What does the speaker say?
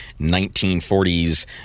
1940s